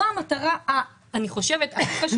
אני חושבת שהיום זאת המטרה הכי חשובה,